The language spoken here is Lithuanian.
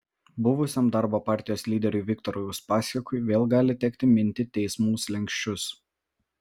buvusiam darbo partijos lyderiui viktorui uspaskichui vėl gali tekti minti teismų slenksčius